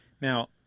Now